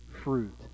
fruit